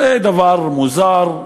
זה דבר מוזר.